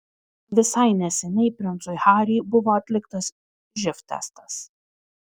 visai neseniai princui harry buvo atliktas živ testas